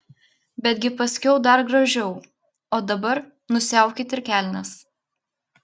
betgi paskiau dar gražiau o dabar nusiaukit ir kelnes